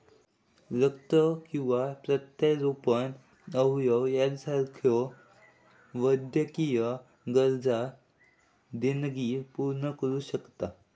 रक्त किंवा प्रत्यारोपण अवयव यासारख्यो वैद्यकीय गरजा देणगी पूर्ण करू शकता